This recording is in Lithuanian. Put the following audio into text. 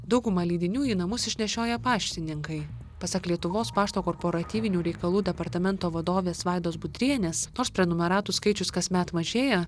daugumą leidinių į namus išnešioja paštininkai pasak lietuvos pašto korporatyvinių reikalų departamento vadovės vaidos budrienės nors prenumeratų skaičius kasmet mažėja